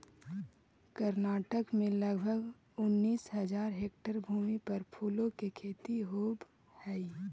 कर्नाटक में लगभग उनीस हज़ार हेक्टेयर भूमि पर फूलों की खेती होवे हई